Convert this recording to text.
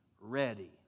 ready